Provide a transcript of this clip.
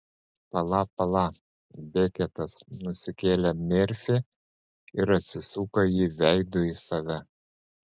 pala pala beketas nusikėlė merfį ir atsuko jį veidu į save